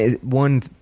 one